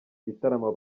gitaramo